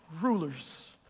rulers